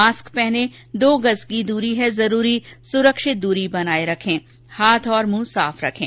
mask पहनें दो गज़ की दूरी है जरूरी सुरक्षित दूरी बनाए रखें हाथ और मुंह साफ रखें